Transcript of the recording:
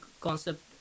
concept